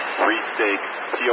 three-stakes